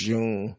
June